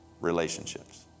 relationships